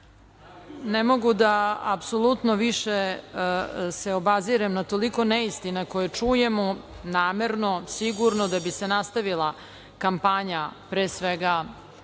mogu da se apsolutno više obazirem na toliko neistina koje čujemo, namerno, sigurno, da bi se nastavila kampanja pre svega